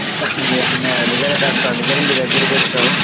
నేను అందుకని కాస్త అందుకని మీ దగ్గరకి వచ్చాము